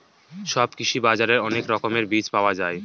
সব কৃষি বাজারে অনেক রকমের বীজ পাওয়া যায়